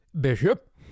Bishop